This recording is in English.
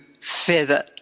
feather